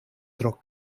tro